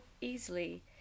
easily